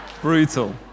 brutal